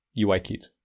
UIKit